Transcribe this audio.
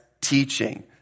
teaching